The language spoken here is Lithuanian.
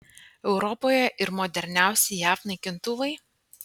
europoje ir moderniausi jav naikintuvai